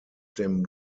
dem